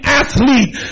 athlete